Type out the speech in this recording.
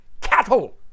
cattle